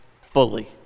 fully